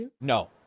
No